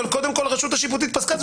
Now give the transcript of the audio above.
אבל קודם כל הרשות השיפוטית פסקה זאת,